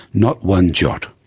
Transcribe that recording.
not one jot.